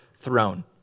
throne